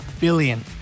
billion